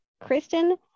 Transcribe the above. Kristen